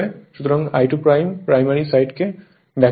সুতরাং I2 primary সাইডকে ব্যক্ত করে